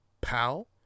pal